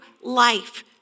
life